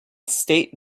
state